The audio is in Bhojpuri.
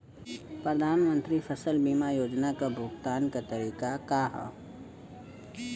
प्रधानमंत्री फसल बीमा योजना क भुगतान क तरीकाका ह?